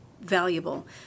valuable